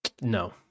No